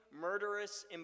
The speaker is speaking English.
murderous